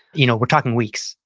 you know we're talking weeks,